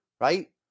right